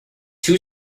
two